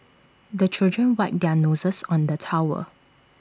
the children wipe their noses on the towel